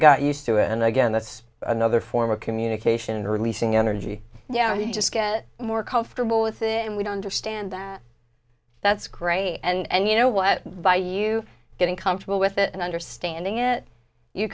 got used to it and again that's another form of communication and releasing energy yeah you just get more comfortable with it and we don't just stand there that's grey and you know what by you getting comfortable with it and understanding it you